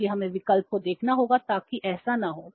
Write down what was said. इसलिए हमें विकल्प को देखना होगा ताकि ऐसा न हो